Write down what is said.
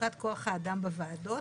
בחלוקת כוח האדם בוועדות,